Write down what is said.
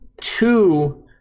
two